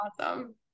awesome